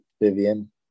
vivian